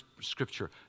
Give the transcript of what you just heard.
scripture